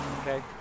okay